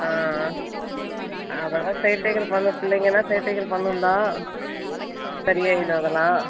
ஆ அதலாம் சேட்டைகள் பண்ணும் பிள்ளைங்கள்னா சேட்டைகள் பண்ணும் தான் சரி ஆயிடும் அதெல்லாம்